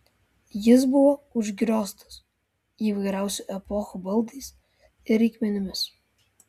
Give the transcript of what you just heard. jis buvo užgrioztas įvairiausių epochų baldais ir reikmenimis